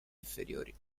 inferiori